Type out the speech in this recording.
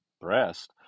breast